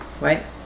Right